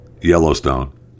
Yellowstone